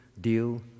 deal